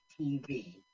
TV